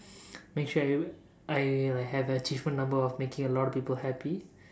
make sure I will I will have an achievement number of making a lot of people happy